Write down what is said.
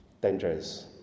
dangerous